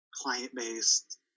client-based